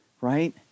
right